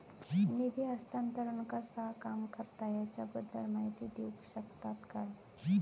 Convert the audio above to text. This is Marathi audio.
निधी हस्तांतरण कसा काम करता ह्याच्या बद्दल माहिती दिउक शकतात काय?